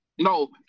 No